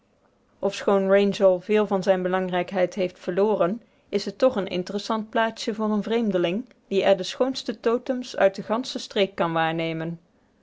ofschoon wrangell veel van zijne belangrijkheid heeft verloren is het toch een interessant plaatsje voor een vreemdeling die er de schoonste totems uit de gansche streek kan waarnemen